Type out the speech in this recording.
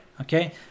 Okay